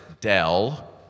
Dell